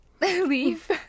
leave